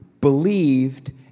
believed